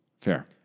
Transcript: Fair